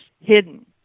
hidden